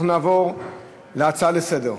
אנחנו נעבור להצעה לסדר.